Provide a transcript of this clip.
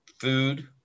food